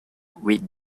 with